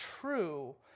true